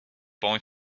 boy